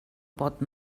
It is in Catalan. pot